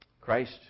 Christ